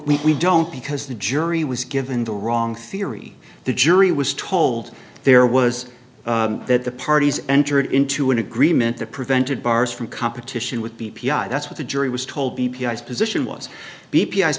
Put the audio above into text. we don't because the jury was given the wrong theory the jury was told there was that the parties entered into an agreement that prevented bars from competition with b p i that's what the jury was told b p s position was b p